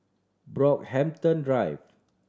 Brockhampton Drive